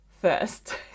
first